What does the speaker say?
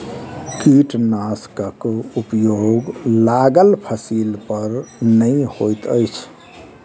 कीटनाशकक उपयोग लागल फसील पर नै होइत अछि